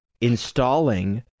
installing